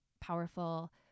powerful